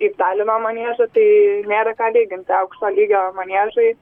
į talino maniežą tai nėra ką lygint aukšto lygio maniežai